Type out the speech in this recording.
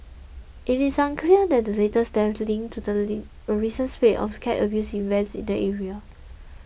it is unclear that the latest death is linked to a recent spate of cat abuse incidents in the area